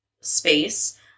space